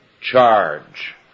charge